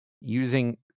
Using